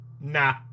Nah